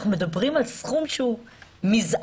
אנחנו מדברים על סכום שהוא מזערי,